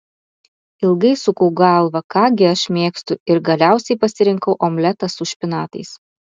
ilgai sukau galvą ką gi aš mėgstu ir galiausiai pasirinkau omletą su špinatais